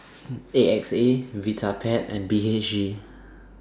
A X A Vitapet and B H G